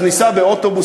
אז ניסע באוטובוס,